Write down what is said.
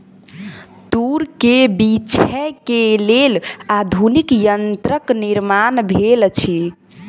तूर के बीछै के लेल आधुनिक यंत्रक निर्माण भेल अछि